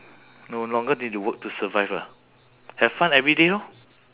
no longer need to work to survive ah have fun every day lor